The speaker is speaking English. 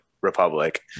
Republic